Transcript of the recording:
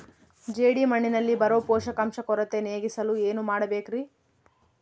ಜೇಡಿಮಣ್ಣಿನಲ್ಲಿ ಬರೋ ಪೋಷಕಾಂಶ ಕೊರತೆ ನೇಗಿಸಲು ಏನು ಮಾಡಬೇಕರಿ?